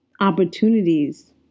opportunities